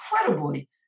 incredibly